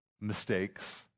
mistakes